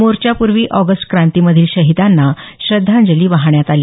मोर्चापूर्वी ऑगस्ट क्रांतीमधील शहिदांना श्रध्दांजली वाहण्यात आली